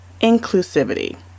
Inclusivity